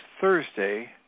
Thursday